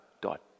dot